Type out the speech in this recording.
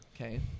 Okay